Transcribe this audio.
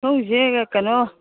ꯁꯣꯝꯒꯤꯁꯦ ꯀꯩꯅꯣ